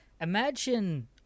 imagine